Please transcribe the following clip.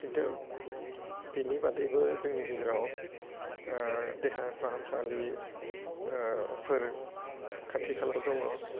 खिन्थु बिनि बादैबो जोंनि गेजेराव देहा फाहामसालि फोर खाथि खाला दङ